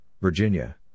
Virginia